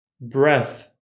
breath